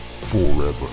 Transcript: forever